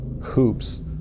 hoops